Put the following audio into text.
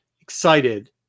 excited